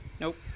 Nope